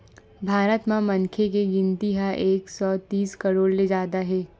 भारत म मनखे के गिनती ह एक सौ तीस करोड़ ले जादा हे